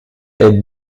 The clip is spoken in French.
est